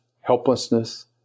helplessness